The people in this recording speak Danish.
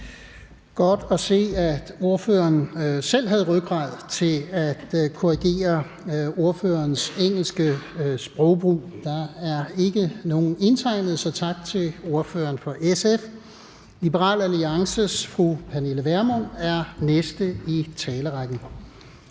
Godt at høre, at ordføreren selv havde rygrad til at korrigere ordførerens engelske sprogbrug. Der er ikke nogen indtegnet for korte bemærkninger, så tak til ordføreren for SF. Liberal Alliances fru Pernille Vermund er den næste i talerrækken.